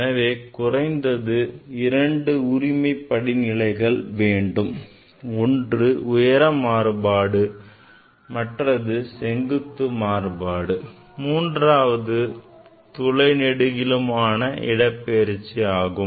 எனவே குறைந்தது இரண்டு உரிமை படிநிலைகள் வேண்டும் ஒன்று உயர மாறுபாடு மற்றது செங்குத்து மாறுபாடு மூன்றாவதாக துளை நெடுகிலுமான இடபெயர்ச்சியாகும்